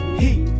heat